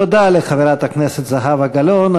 תודה לחברת הכנסת זהבה גלאון.